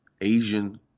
Asian